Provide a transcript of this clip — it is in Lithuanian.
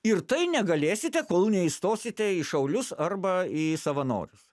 ir tai negalėsite kol neįstosite į šaulius arba į savanorius